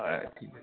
হয়